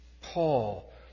Paul